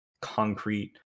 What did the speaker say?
concrete